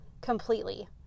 completely